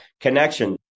connection